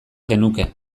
genuke